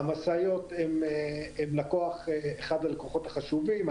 המשאיות הם אחד הלקוחות החשובים,